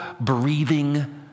breathing